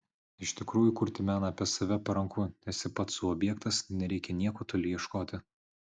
iš tikrųjų kurti meną apie save paranku esi pats sau objektas nereikia nieko toli ieškoti